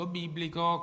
biblico